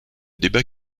débat